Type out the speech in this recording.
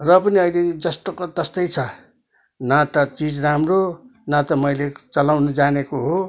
र पनि अहिले जस्तोको त्यस्तै छ न त चिज राम्रो न त मैले चलाउनु जानेको हो